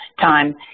time